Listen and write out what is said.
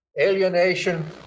Alienation